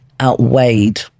outweighed